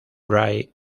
drive